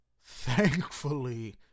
thankfully